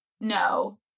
no